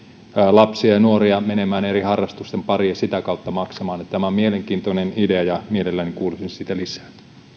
lapsia ja nuoria menemään eri harrastusten pariin ja sitä kautta maksamaan tämä on mielenkiintoinen idea ja mielelläni kuulisin siitä lisää